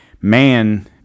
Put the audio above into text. man